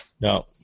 No